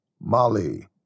Mali